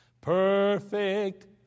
perfect